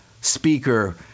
speaker